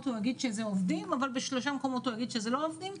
זה עובדים אבל בשלושה אחרים הוא יגיד שלא עובדים.